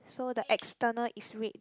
so the external is red then